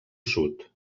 sud